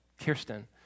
Kirsten